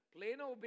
Plano